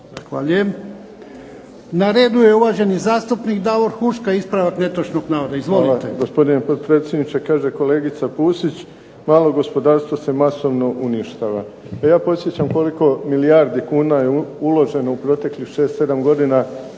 Na redu je uvaženi zastupnik Davor Huška, ispravak netočnog navoda. Izvolite. **Huška, Davor (HDZ)** Hvala gospodine potpredsjedniče. Kaže kolegica Pusić, malo gospodarstvo se masovno uništava. Pa ja podsjećam koliko je milijardi kuna je uloženo u proteklih 6, 7 godina preko